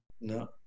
No